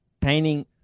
painting